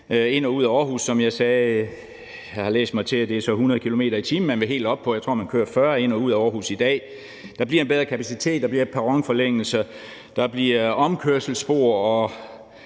ind og ud af Aarhus, og jeg har læst mig til, at man vil helt op på 100 km/t., og jeg tror, at man kører 40 km/t. ind og ud af Aarhus i dag. Der bliver en bedre kapacitet, der bliver perronforlængelse, der bliver omkørselsspor, og